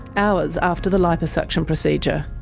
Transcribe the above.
hours after the liposuction procedure.